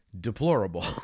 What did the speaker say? deplorable